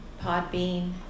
Podbean